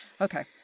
Okay